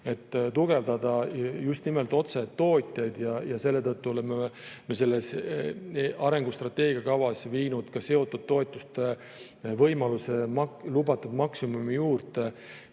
tugevdada just nimelt otse tootjaid. Seetõttu oleme selles arengustrateegia kavas viinud seotud toetuste võimaluse lubatud maksimumi juurde.